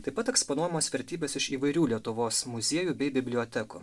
taip pat eksponuojamos vertybės iš įvairių lietuvos muziejų bei bibliotekų